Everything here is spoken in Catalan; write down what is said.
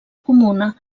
comuna